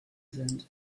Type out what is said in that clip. sind